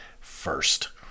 first